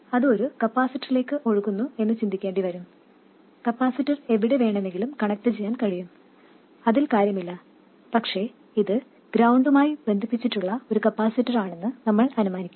അത് ഒരു കപ്പാസിറ്ററിലേക്ക് ഒഴുകുന്നു എന്നു ചിന്തിക്കേണ്ടി വരും കപ്പാസിറ്റർ എവിടെ വേണമെങ്കിലും കണക്ട് ചെയ്യാൻ കഴിയും അതിൽ കാര്യമില്ല പക്ഷെ ഇത് ഗ്രൌണ്ടുമായി ബന്ധിപ്പിച്ചിട്ടുള്ള ഒരു കപ്പാസിറ്ററാണെന്ന് നമ്മൾ അനുമാനിക്കും